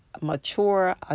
Mature